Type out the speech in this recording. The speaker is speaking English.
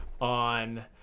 on